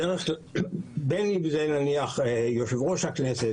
בין אם זה נניח יושב ראש הכנסת,